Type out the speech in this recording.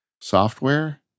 Software